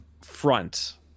front